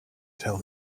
tell